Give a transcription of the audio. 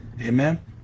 Amen